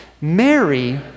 Mary